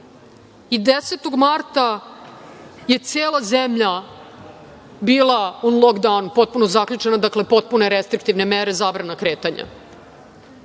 i 10. marta je cela zemlja bila u „lokdaunu“, potpuno zaključana, dakle potpune restriktivne mere, zabrana kretanja. Dakle,